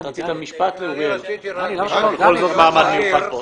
רצית לומר עוד משפט?